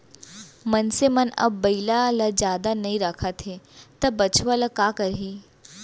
मनसे मन अब बइला ल जादा नइ राखत हें त बछवा ल का करहीं